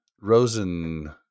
Rosen